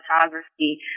photography